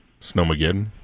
Snowmageddon